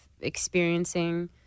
experiencing